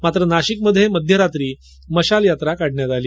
मात्र नाशिकमध्ये मध्यरात्री मशाल यात्रा काढण्यात आली